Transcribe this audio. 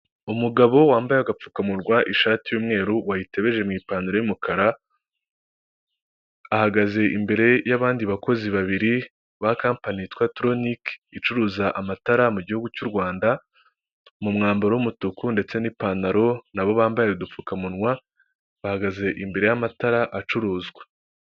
Tagisi vuwatire yo mu bwoko bwa yego kabusi ushobora guhamagara iriya nimero icyenda rimwe icyenda rimwe ikaza ikagutwara aho waba uherereye hose kandi batanga serivisi nziza n'icyombaziho .